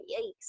Yikes